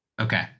Okay